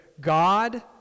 God